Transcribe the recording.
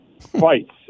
fights